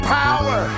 power